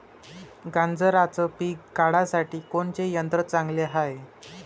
गांजराचं पिके काढासाठी कोनचे यंत्र चांगले हाय?